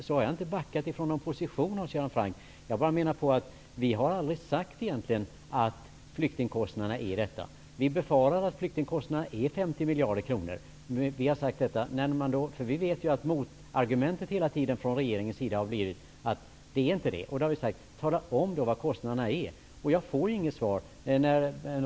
Jag har inte backat från någon position i fråga om ekonomin, Hans Göran Franck. Vi har aldrig påstått att flyktingkostnaderna är så höga. Vi befarar att de uppgår till 50 miljarder. Motargumentet från regeringen har hela tiden varit att det beloppet inte stämmer. Då har vi sagt: Tala om vilka kostnaderna är! Men jag får ju inget besked.